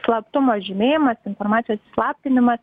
slaptumo žymėjimas informacijos įslaptinimas